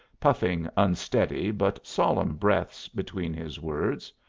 puffing unsteady but solemn breaths between his words,